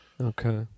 okay